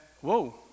Whoa